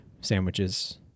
sandwiches